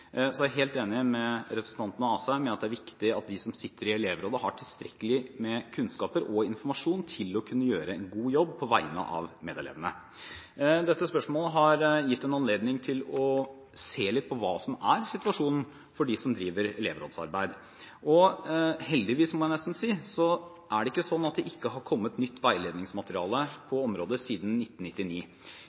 er helt enig med representanten Asheim i at det er viktig at de som sitter i elevrådet, har tilstrekkelig med kunnskaper og informasjon til å kunne gjøre en god jobb på vegne av medelevene. Dette spørsmålet har gitt en anledning til å se litt på hva som er situasjonen for dem som driver elevrådsarbeid, og heldigvis – må jeg nesten si – er det ikke sånn at det ikke har kommet nytt veiledningsmateriale på området siden 1999.